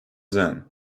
zan